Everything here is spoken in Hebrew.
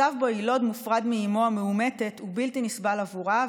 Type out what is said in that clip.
מצב שבו יילוד מופרד מאימו המאומתת הוא בלתי נסבל עבורה,